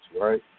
right